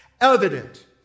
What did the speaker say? evident